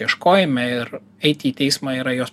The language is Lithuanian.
ieškojime ir eiti į teismą yra jos